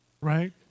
Right